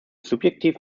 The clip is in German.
subjektiv